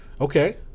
Okay